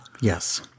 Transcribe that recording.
Yes